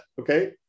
okay